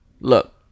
Look